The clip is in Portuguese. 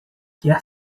quer